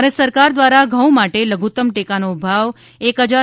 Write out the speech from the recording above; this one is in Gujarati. ભારત સરકાર દ્વારા ઘઉં માટે લધુત્તમ ટેકાનો ભાવ રૂા